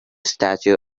statue